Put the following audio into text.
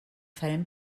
farem